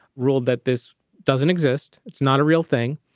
ruled that this doesn't exist. it's not a real thing.